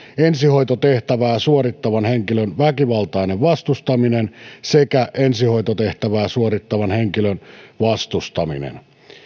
ensihoitotehtävää suorittavan henkilön väkivaltainen vastustaminen sekä ensihoitotehtävää suorittavan henkilön vastustaminen